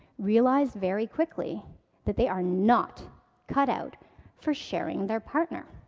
realize very quickly that they are not cut out for sharing their partner.